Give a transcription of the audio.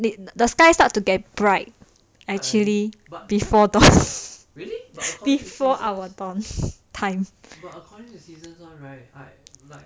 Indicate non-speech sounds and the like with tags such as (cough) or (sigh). the sky starts to get bright actually before dawn (laughs) before our dawn time